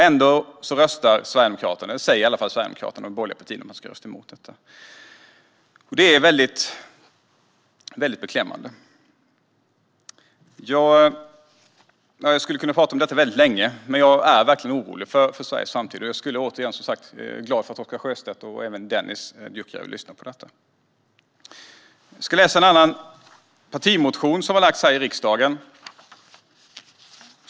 Ändå säger Sverigedemokraterna och de borgerliga partierna att de ska rösta emot förslaget. Detta är beklämmande. Jag skulle kunna tala väldigt länge om det här. Jag är verkligen orolig för Sveriges framtid, och jag är glad för att Oscar Sjöstedt och Dennis Dioukarev lyssnar på det här. Jag ska läsa ur en partimotion som Sverigedemokraterna har lagt fram här i riksdagen.